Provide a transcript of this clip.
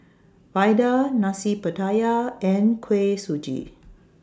Vadai Nasi Pattaya and Kuih Suji